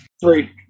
Three